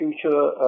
future